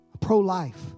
Pro-life